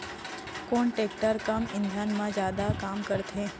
कोन टेकटर कम ईंधन मा जादा काम करथे?